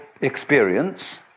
experience